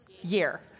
year